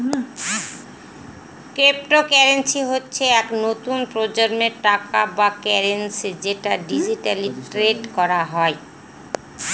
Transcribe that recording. cryptocurrency হচ্ছে এক নতুন প্রজন্মের টাকা বা কারেন্সি যেটা ডিজিটালি ট্রেড করা হয়